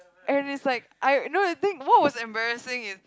and is like I you know the thing what was embarrassing is